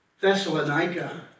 Thessalonica